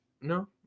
No